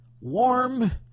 warm